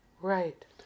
Right